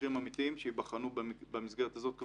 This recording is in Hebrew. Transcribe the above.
מקרים אמיתיים שייבחנו במסגרת הזו.